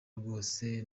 rwose